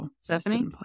Stephanie